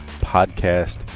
podcast